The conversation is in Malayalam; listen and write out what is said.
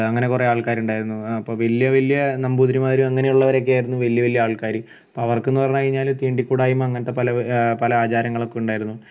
അങ്ങനെ കുറേ ആൾക്കാരുണ്ടായിരുന്നു അപ്പോൾ വലിയ വലിയ നമ്പൂതിരിമാർ അങ്ങനെയുള്ള അവരൊക്കെയായിരുന്നു വലിയ വലിയ ആൾക്കാർ അപ്പം അവർക്കെന്ന് പറഞ്ഞുകഴിഞ്ഞാൽ തീണ്ടി കൂടായ്മ അങ്ങനത്തെ പല പല ആചാരങ്ങളൊക്കെ ഉണ്ടായിരുന്നു